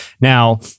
Now